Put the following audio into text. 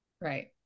Right